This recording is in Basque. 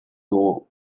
dugu